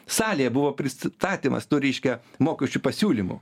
salėje buvo pristatymas tų reiškia mokesčių pasiūlymų